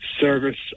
service